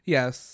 Yes